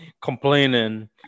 complaining